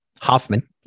Hoffman